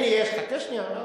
הנה יש, חכה שנייה.